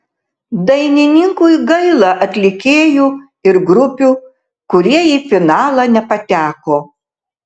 dainininkui gaila atlikėjų ir grupių kurie į finalą nepateko